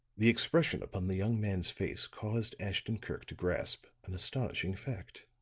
the expression upon the young man's face caused ashton-kirk to grasp an astonishing fact.